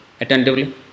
attentively